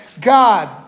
God